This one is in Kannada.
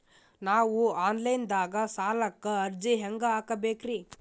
ನಾವು ಆನ್ ಲೈನ್ ದಾಗ ಸಾಲಕ್ಕ ಅರ್ಜಿ ಹೆಂಗ ಹಾಕಬೇಕ್ರಿ?